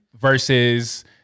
Versus